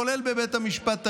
כולל בבית המשפט העליון.